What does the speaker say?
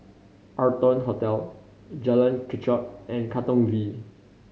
Arton Hotel Jalan Kechot and Katong V